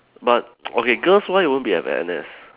but okay girls wise won't be have N_S